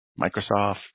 Microsoft